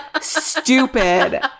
stupid